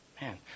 Man